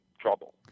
trouble